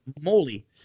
Moly